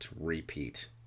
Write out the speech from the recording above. repeat